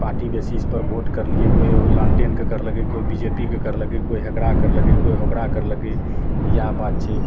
party बेसिसपर vote करलिए कोइ ओ लालटेनके करलकै कोइ बी जे पी के करलकै कोइ एकरा करलकै कोइ ओकरा करलकै इएह बात छै